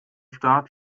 start